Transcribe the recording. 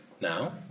Now